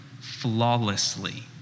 flawlessly